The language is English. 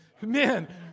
Man